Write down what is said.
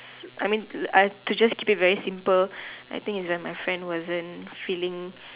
I mean I could just keep it very simple I think is that my friend wasn't feeling